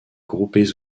groupées